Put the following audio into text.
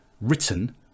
written